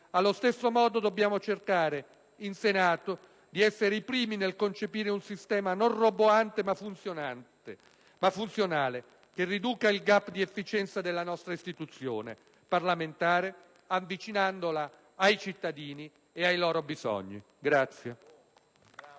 allo stesso modo dobbiamo cercare in Senato di essere i primi nel concepire un sistema non roboante ma funzionale che riduca il *gap* di efficienza della nostra istituzione parlamentare avvicinandola ai cittadini e ai loro bisogni.